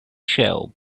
shell